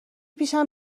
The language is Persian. پیشم